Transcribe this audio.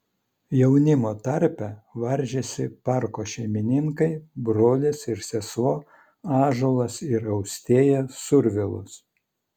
jaunimo tarpe varžėsi parko šeimininkai brolis ir sesuo ąžuolas ir austėja survilos